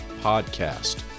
podcast